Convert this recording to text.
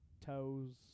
toes